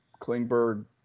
Klingberg